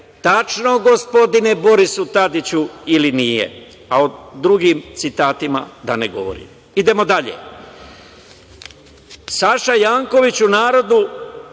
tačno, gospodine Borisu Tadiću, ili nije? A o drugim citatima da ne govorim. Idemo dalje. Saša Janković, u narodu